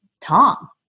Tom